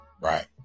Right